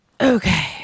Okay